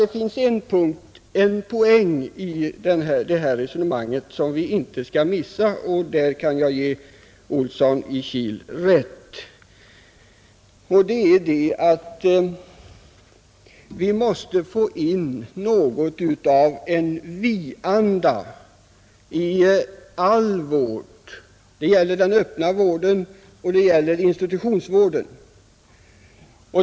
Det finns emellertid en poäng i detta resonemang som vi inte bör missa, och därvidlag kan jag ge herr Olsson i Kil rätt. Vi måste få in något av en vi-anda i all vård — det gäller den öppna vården och det gäller institutionsvården.